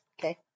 Okay